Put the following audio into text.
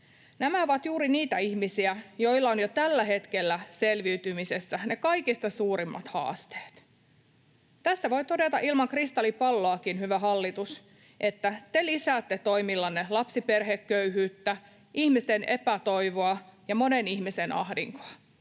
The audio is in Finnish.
Nämä ovat juuri niitä ihmisiä, joilla on jo tällä hetkellä selviytymisessä ne kaikista suurimmat haasteet. Tästä voi todeta ilman kristallipalloakin, hyvä hallitus, että te lisäätte toimillanne lapsiperheköyhyyttä, ihmisten epätoivoa ja monen ihmisen ahdinkoa.